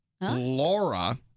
Laura